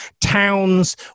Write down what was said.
towns